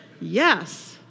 Yes